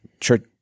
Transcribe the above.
church